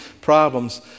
problems